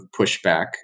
pushback